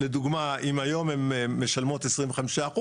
לדוגמה אם היום הן משלמות 25%,